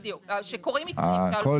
בדיוק, שקורים מקרים, שעלול לקרות מקרה.